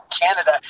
Canada